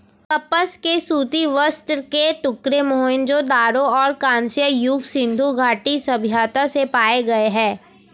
कपास के सूती वस्त्र के टुकड़े मोहनजोदड़ो और कांस्य युग सिंधु घाटी सभ्यता से पाए गए है